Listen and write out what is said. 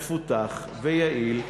מפותח ויעיל,